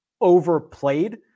overplayed